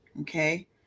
okay